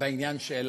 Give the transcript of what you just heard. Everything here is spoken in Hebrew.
בעניין של